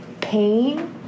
pain